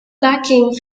backing